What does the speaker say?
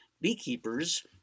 Beekeepers